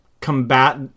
combat